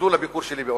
לביקור שלי באושוויץ,